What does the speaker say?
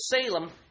Salem